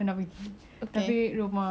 rumah dia dekat toa payoh so like the